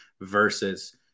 versus